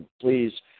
please